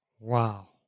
wow